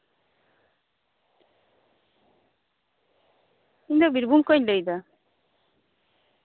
ᱤᱧ ᱫᱚ ᱵᱤᱨᱵᱷᱩᱢ ᱠᱷᱚᱡ ᱤᱧ ᱞᱟᱹᱭ ᱮᱫᱟ